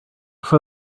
for